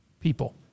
people